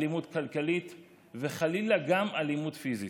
אלימות כלכלית וחלילה גם אלימות פיזית.